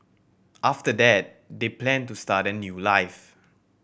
after that they planned to start a new life